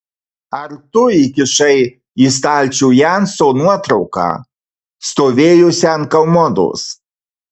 ar tu įkišai į stalčių jenso nuotrauką stovėjusią ant komodos